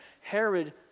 Herod